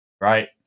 right